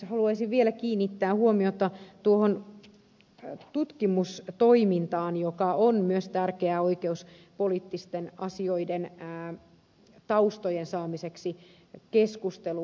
haluaisin vielä kiinnittää huomiota tutkimustoimintaan joka on myös tärkeä oikeuspoliittisten asioiden taustojen saamiseksi keskusteluun